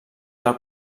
del